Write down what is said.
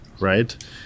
Right